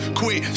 quit